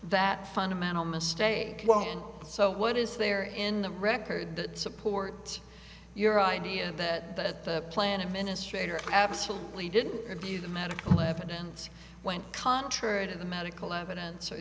that fundamental mistake so what is there in the record that supports your idea that the plan administrator absolutely didn't abuse the medical evidence went contrary to the medical evidence or